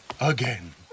again